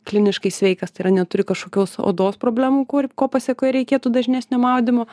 kliniškai sveikas tai yra neturi kažkokios odos problemų kur ko pasekoje reikėtų dažnesnio maudymo